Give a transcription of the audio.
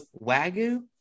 wagyu